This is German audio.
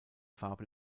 farbe